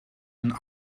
een